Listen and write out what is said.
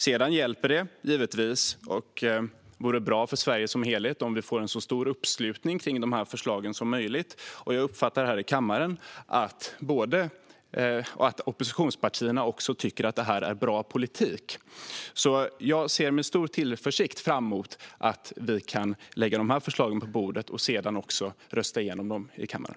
Sedan hjälper det givetvis, och det vore bra för Sverige som helhet, om vi får en så stor uppslutning som möjligt kring dessa förslag och om även oppositionspartierna tycker att detta är en bra politik. Jag ser med stor tillförsikt fram emot att vi kan lägga dessa förslag på bordet och sedan rösta igenom dem i kammaren.